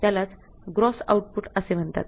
त्यालाच gross output असे म्हणतात